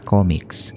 Comics